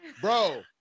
Bro